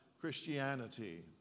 Christianity